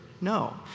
No